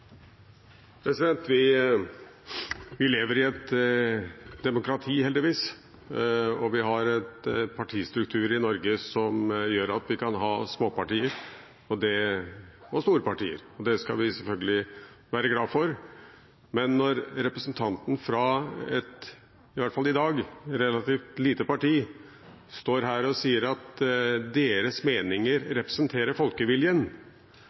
Vi lever i et demokrati, heldigvis. Vi har en partistruktur i Norge som gjør at vi kan ha små partier og store partier. Det skal vi selvfølgelig være glad for. Men når representanten fra et – iallfall i dag – relativt lite parti står her og sier at deres meninger representerer folkeviljen,